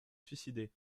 suicider